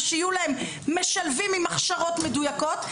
ושיהיו להם משלבים עם הכשרות מדויקות,